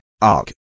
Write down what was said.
arc